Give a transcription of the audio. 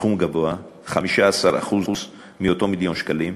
סכום גבוה, 15% מאותו מיליון שקלים.